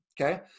Okay